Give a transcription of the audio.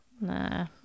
Nah